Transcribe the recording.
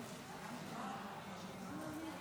אדוני היושב-ראש, כנסת נכבדה,